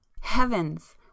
Heavens